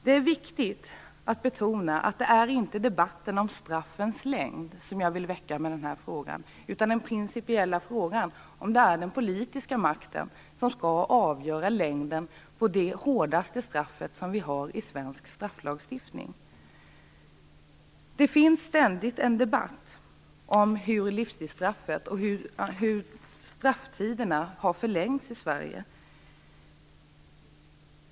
Det är viktigt att betona att jag med den här frågan inte vill väcka debatten om straffens längd utan den principiella frågan om det är den politiska makten som skall avgöra längden på det hårdaste straffet vi har i svensk strafflagstiftning. Det förs ständigt en debatt om hur strafftiderna för livstidsdömda har förlängts i Sverige.